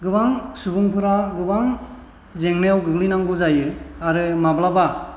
गोबां सुबुंफोरा गोबां जेंनायाव गोग्लैनांगौ जायो आरो माब्लाबा